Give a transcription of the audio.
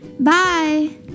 Bye